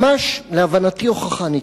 ממש, להבנתי, זוהי הוכחה ניצחת.